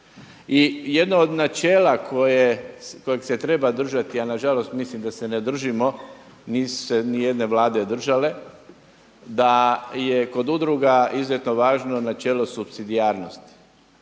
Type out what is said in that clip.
i jedno od načela kojeg se treba držati, a na žalost mislim da se ne držimo, nisu se ni jedne vlade držale, da je kod udruga izuzetno važno načelo supsidijarnosti.